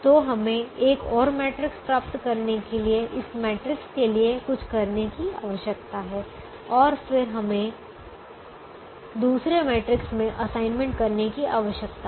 तो हमें एक और मैट्रिक्स प्राप्त करने के लिए इस मैट्रिक्स के लिए कुछ करने की आवश्यकता है और फिर हमें दूसरे मैट्रिक्स में असाइनमेंट करने की आवश्यकता है